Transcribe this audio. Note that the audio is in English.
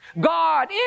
God